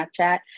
Snapchat